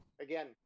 Again